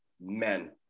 men